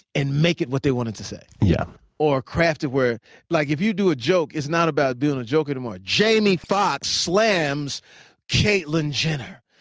and make it what they want it to say. yeah or craft it where like if you do a joke, it's not about doing a joke anymore. jamie foxx slams caitlyn jenner.